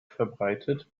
verbreitet